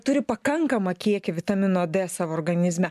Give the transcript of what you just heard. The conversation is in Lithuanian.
turi pakankamą kiekį vitamino d savo organizme